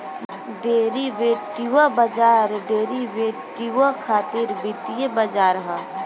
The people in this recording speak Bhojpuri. डेरिवेटिव बाजार डेरिवेटिव खातिर वित्तीय बाजार ह